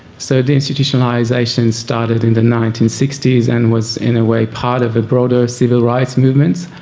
so the institutionalisation started in the nineteen sixty s and was, in a way, part of a broader civil rights movement.